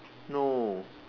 no